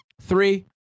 three